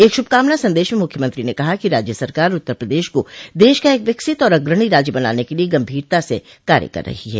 एक शुभकामना संदेश में मुख्यमंत्री ने कहा कि राज्य सरकार उत्तर प्रदेश को देश का एक विकसित और अग्रणी राज्य बनाने के लिये गंभीरता से कार्य कर रही है